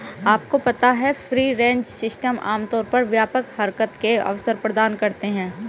आपको पता है फ्री रेंज सिस्टम आमतौर पर व्यापक हरकत के अवसर प्रदान करते हैं?